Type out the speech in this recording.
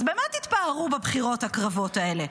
אז במה תתפארו בבחירות הקרבות האלה?